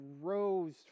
rose